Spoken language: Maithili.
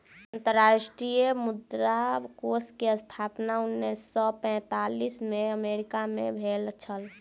अंतर्राष्ट्रीय मुद्रा कोष के स्थापना उन्नैस सौ पैंतालीस में अमेरिका मे भेल छल